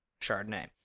chardonnay